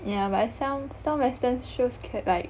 yeah but some some Western shows can like